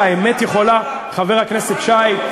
חבר הכנסת שי,